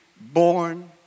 born